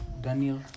Daniel